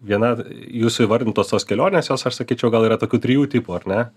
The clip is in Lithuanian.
viena jūsų įvardintos tos kelionės jos aš sakyčiau gal yra tokių trijų tipų ar ne